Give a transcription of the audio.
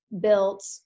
built